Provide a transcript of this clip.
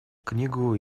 книгу